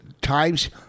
times